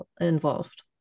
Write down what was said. involved